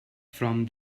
from